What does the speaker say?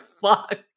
fuck